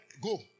Go